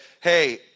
Hey